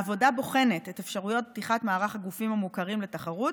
העבודה בוחנת את אפשרויות פתיחת מערך הגופים המוכרים לתחרות